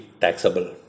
taxable